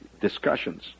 discussions